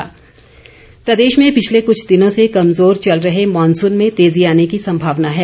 मौसम प्रदेश में पिछले कूछ दिनों से कमजोर चल रहे मॉनसून में तेज़ी आने की संभावना है